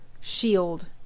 shield